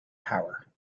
power